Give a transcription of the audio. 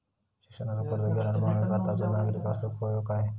शिक्षणाचो कर्ज घेणारो माणूस भारताचो नागरिक असूक हवो काय?